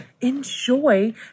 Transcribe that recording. enjoy